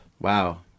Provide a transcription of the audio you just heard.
Wow